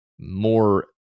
more